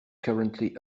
currently